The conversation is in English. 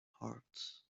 heart